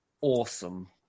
awesome